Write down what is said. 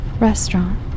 Restaurant